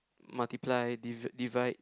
multiply div~ divide